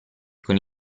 con